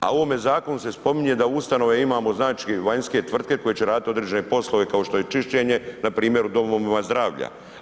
A u ovome zakonu se spominje da ustanove imamo znači vanjske tvrtke koje će raditi određene poslove, kao što je čišćenje, npr. u domovima zdravlja.